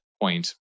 point